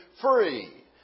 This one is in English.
free